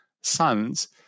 sons